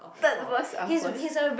third verse uh first